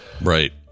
Right